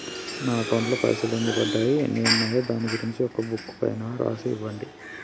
నా అకౌంట్ లో పైసలు ఎన్ని పడ్డాయి ఎన్ని ఉన్నాయో దాని గురించి ఒక బుక్కు పైన రాసి ఇవ్వండి?